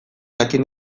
jakin